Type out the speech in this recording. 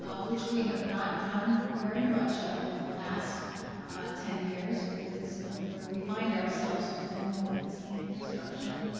ah which we have not done very much of in the last ten years because of where we find ourselves with enrollments and construction,